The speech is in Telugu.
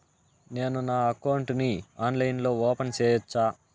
నేను నా అకౌంట్ ని ఆన్లైన్ లో ఓపెన్ సేయొచ్చా?